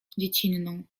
dziecinną